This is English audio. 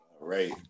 Right